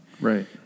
Right